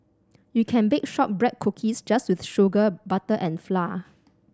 you can bake shortbread cookies just with sugar butter and flour